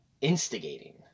instigating